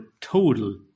total